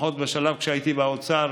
לפחות בשלב שהייתי באוצר,